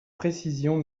précision